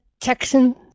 Texan